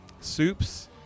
soups